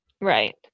right